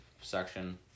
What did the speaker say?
section